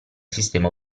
sistema